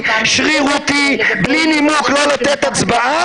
שרירותי ובלי נימוק לא לתת הצבעה,